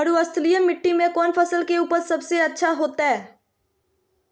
मरुस्थलीय मिट्टी मैं कौन फसल के उपज सबसे अच्छा होतय?